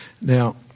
Now